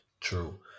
True